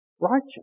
righteous